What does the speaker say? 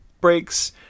breaks